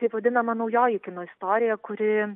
taip vadinama naujoji kino istorija kuri